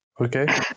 okay